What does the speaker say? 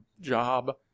job